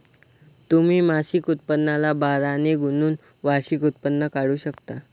तुम्ही मासिक उत्पन्नाला बारा ने गुणून वार्षिक उत्पन्न काढू शकता